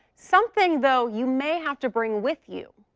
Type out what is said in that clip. something though you may have to bring with you.